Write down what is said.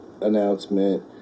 announcement